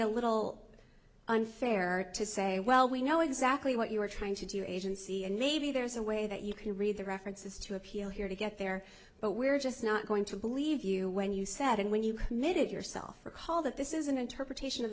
a little unfair to say well we know exactly what you were trying to do agency and maybe there's a way that you can read the references to appeal here to get there but we're just not going to believe you when you said and when you committed yourself recall that this is an interpretation of